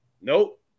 nope